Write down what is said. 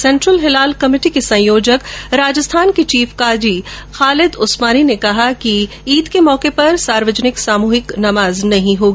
centre हिलाल committee के संयोजक राजस्थान के चीफ काजी खालिद उस्मानी ने कहा है कि ईद के मौके पर सार्वजनिक सामूहिक नमाज नहीं होगी